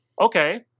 Okay